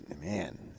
Man